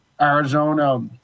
Arizona